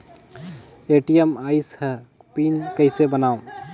ATM आइस ह PIN कइसे बनाओ?